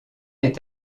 est